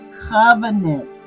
covenant